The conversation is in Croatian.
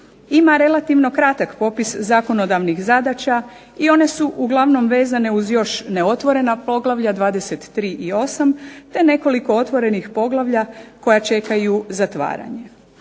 ima relativno kratak popis zakonodavnih zadaća i one su uglavnom vezane uz još neotvorena poglavlja 23 i 8 te nekoliko otvorenih poglavlja koja čekaju zatvaranje.